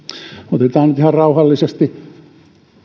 otetaan nyt ihan rauhallisesti